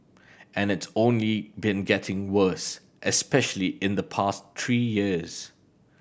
and it's only been getting worse especially in the past three years